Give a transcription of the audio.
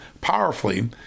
powerfully